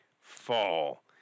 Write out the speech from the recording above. fall